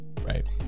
Right